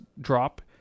drop